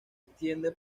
extiende